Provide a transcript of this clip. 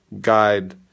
guide